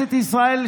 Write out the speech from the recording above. בכנסת ישראל,